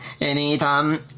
Anytime